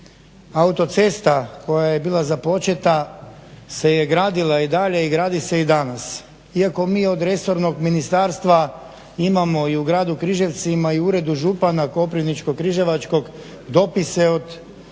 autocesta koja je bila započeta se je gradila i dalje i gradi se i danas. Iako mi od resornog ministarstva imamo i u gradu Križevcima i u uredu župana Koprivničko-križevačkog dopise od da se